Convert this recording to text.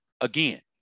again